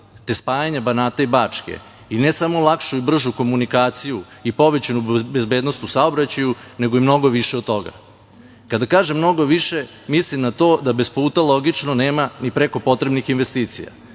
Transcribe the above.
te spajanje Banata i Bačke, i ne samo lakšu i bržu komunikaciju i povećanu bezbednost u saobraćaju, nego i mnogo više od toga. Kada kažem mnogo više, mislim na to da bez puta logično nema ni prekopotrebnih investicija,